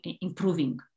improving